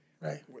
Right